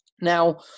Now